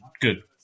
Good